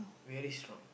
very strong